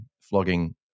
flogging